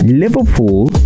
Liverpool